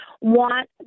want